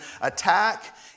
attack